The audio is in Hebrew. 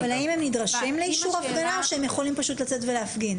אבל האם הם נדרשים לאישור הפגנה או שהם יכולים פשוט לצאת ולהפגין?